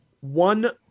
one